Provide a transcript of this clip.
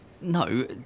No